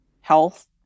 health